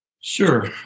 Sure